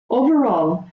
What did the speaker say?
overall